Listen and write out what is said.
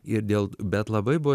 ir dėl bet labai buvo